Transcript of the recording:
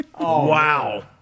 Wow